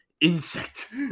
insect